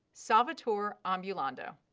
solvitur ambulando,